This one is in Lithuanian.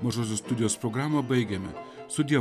mažosios studijos programą baigiame sudie